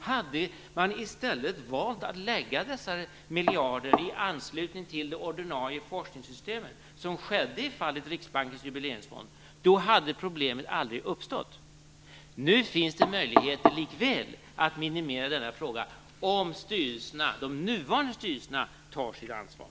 Hade man i stället valt att lägga dessa miljarder i anslutning till det ordinarie forskningssystemet, vilket skedde i fallet Riksbankens jubileumsfond, då hade problemet aldrig uppstått. Nu finns det likväl möjligheter att minimera det, om de nuvarande styrelserna tar sitt ansvar.